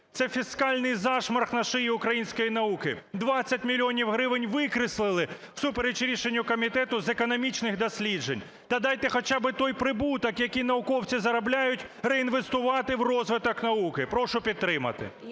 Це фіскальний зашморг на шиї української науки. 20 мільйонів гривень викреслили всупереч рішенню Комітету з економічних досліджень. Та дайте хоча б той прибуток, який науковці заробляють, реінвестувати в розвиток науки. Прошу підтримати.